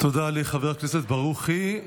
תודה לחבר הכנסת ברוכי.